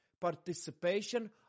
participation